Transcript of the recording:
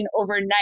overnight